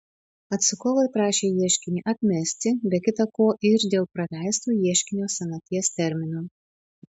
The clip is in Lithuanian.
atsakovai prašė ieškinį atmesti be kita ko ir dėl praleisto ieškinio senaties termino